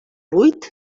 buit